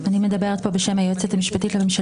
היית יכול לקבל בדיוק את התשובה לדבר שהפריע